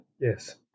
Yes